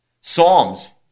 Psalms